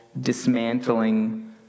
dismantling